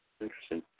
Interesting